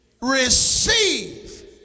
receive